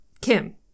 Kim